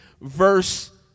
verse